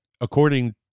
according